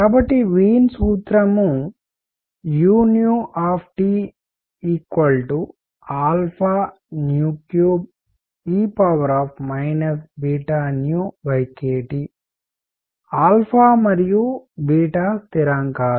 కాబట్టి వీన్ సూత్రం u 3e kT మరియు స్థిరాంకాలు